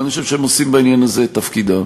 ואני חושב שהם עושים בעניין הזה את תפקידם.